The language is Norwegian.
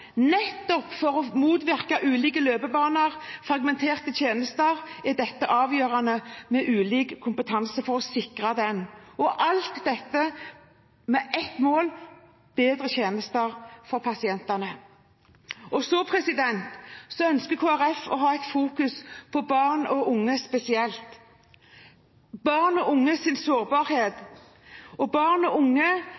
Nettopp for å motvirke ulike løpebaner og fragmenterte tjenester er det avgjørende å sikre ulik kompetanse. Alt dette har ett mål – bedre tjenester for pasientene. Kristelig Folkeparti ønsker fokus på barn og unge spesielt og deres sårbarhet. Barn og unge som tidlig får psykiske utfordringer – i barne- og